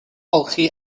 olchi